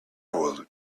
will